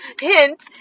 hint